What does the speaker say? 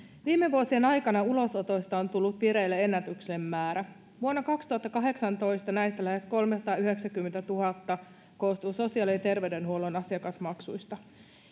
viime vuosien aikana ulosottoja on tullut vireille ennätyksellinen määrä vuonna kaksituhattakahdeksantoista näistä lähes kolmesataayhdeksänkymmentätuhatta koostui sosiaali ja terveydenhuollon asiakasmaksuista